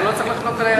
אתה לא צריך לחלוק עלי,